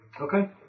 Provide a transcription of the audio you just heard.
Okay